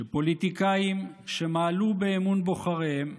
שפוליטיקאים שמעלו באמון בוחריהם,